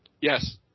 Yes